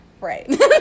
right